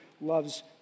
loves